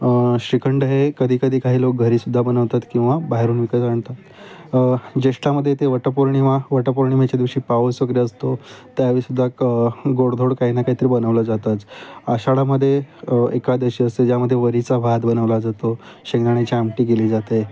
श्रीखंड हे कधी कधी काही लोक घरीसुद्धा बनवतात किंवा बाहेरून विकत आणतात जेष्ठामदे ते वटपौर्णिमा वटपौर्णिमेच्या दिवशी पाऊस वगरे असतो त्यावेळीसुद्धा क गोडधोड काही ना काहीतरी बनवलं जातंच आशाडामदे एकादशी असते ज्यामध्ये वरीचा भात बनवला जातो शेंगाण्याची आमटी केली जाते